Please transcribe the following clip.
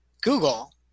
Google